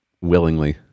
willingly